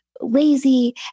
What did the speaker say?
lazy